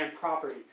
property